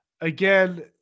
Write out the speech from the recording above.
again